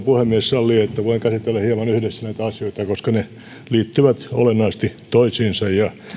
puhemies sallii että voin käsitellä hieman yhdessä näitä asioita koska ne liittyvät olennaisesti toisiinsa